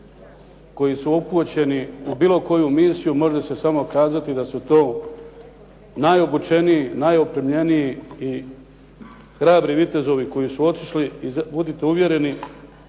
koji su upućeni u bilo koju misiju može se samo kazati da su to najobučeniji, najopremljeniji i hrabri vitezovi koji su otišli i budite uvjereni